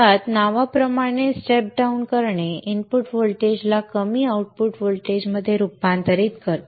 मुळात नावाप्रमाणे step down करणे इनपुट व्होल्टेजला कमी आउटपुट व्होल्टेजमध्ये रूपांतरित करते